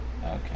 Okay